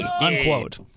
unquote